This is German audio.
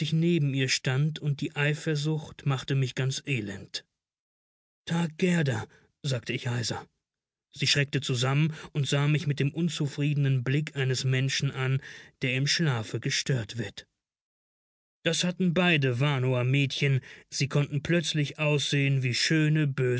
neben ihr stand und die eifersucht machte mich ganz elend tag gerda sagte ich heiser sie schreckte zusammen und sah mich mit dem unzufriedenen blick eines menschen an der im schlafe gestört wird das hatten beide warnower mädchen sie konnten plötzlich aussehen wie schöne